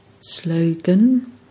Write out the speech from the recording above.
Slogan